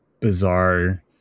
bizarre